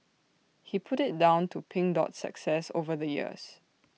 he put IT down to pink Dot's success over the years